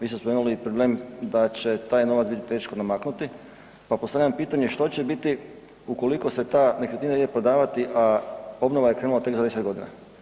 Vi ste spomenuli problem da će taj novac biti teško namaknuti, pa postavljam pitanje što će biti ukoliko se ta nekretnina ide prodavati, a obnova je krenula tek za 10 godina.